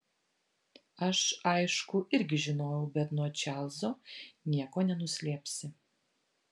aš aišku irgi žinojau bet nuo čarlzo nieko nenuslėpsi